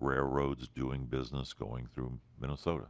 railroads doing business going through minnesota.